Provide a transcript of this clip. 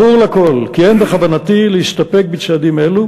ברור לכול כי אין בכוונתי להסתפק בצעדים אלו.